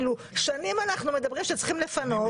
שנים אנחנו מדברים שצריך לפנות.